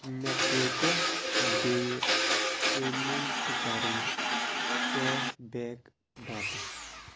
مےٚ کۭتیٛاہ بیٚیہِ پیمٮ۪نٛٹ چھِ کَرٕنۍ کیش بیک باپتھ